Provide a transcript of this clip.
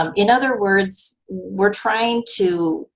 um in other words, we're trying to,